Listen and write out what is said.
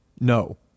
No